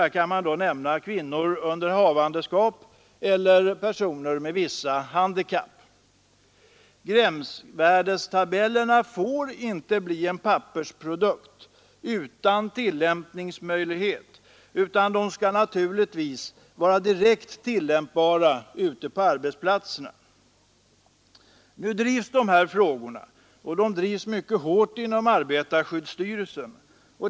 Här kan man nämna kvinnor under havandeskap och personer med vissa handikapp. Gränsvärdestabellerna får inte bli en pappersprodukt utan tillämpningsmöjlighet. De skall naturligtvis vara direkt tillämpbara ute på arbetsplatserna. Nu drivs de här frågorna — och de drivs mycket hårt — inom arbetarskyddsstyrelsen.